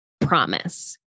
promise